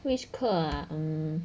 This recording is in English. which 课 ah